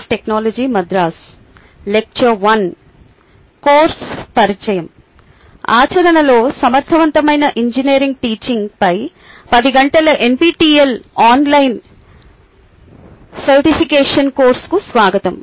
ఆచరణలో సమర్థవంతమైన ఇంజనీరింగ్ టీచింగ్పై 10 గంటల ఎన్పిటిఎల్ ఆన్లైన్ సర్టిఫికేషన్ కోర్సుకు స్వాగతం